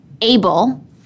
able